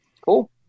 Cool